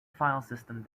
filesystem